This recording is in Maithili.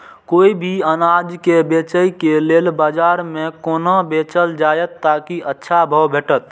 कोय भी अनाज के बेचै के लेल बाजार में कोना बेचल जाएत ताकि अच्छा भाव भेटत?